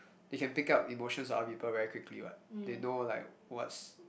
they can pick up emotions of other people very quickly what they know like what's